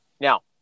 Now